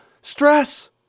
stress